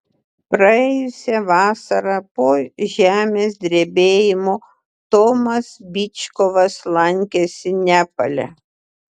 praėjusią vasarą po žemės drebėjimo tomas byčkovas lankėsi nepale